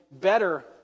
better